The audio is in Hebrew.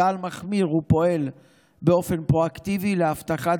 צה"ל מחמיר ופועל באופן פרואקטיבי להבטחת